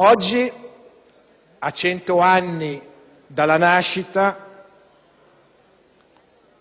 Oggi, a cento anni dalla sua nascita,